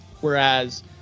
Whereas